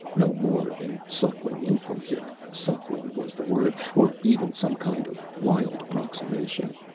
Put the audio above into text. no more than suckling infants if suckling was the word, or even some kind of wild approximation.